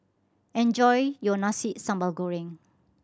enjoy your Nasi Sambal Goreng